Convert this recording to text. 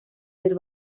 del